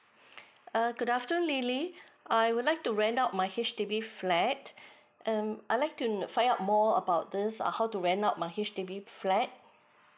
err good afternoon lily I would like to rent out my H_D_B flat um I like to find out more about this on how to rent out my H_D_B flat